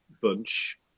bunch